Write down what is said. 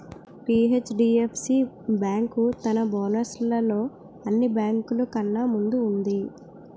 HDFC bank తన bonus లలో అన్ని బేంకులు కన్నా ముందు వుంది